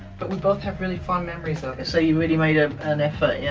but we both have really fond memories of it. so you really made ah an effort,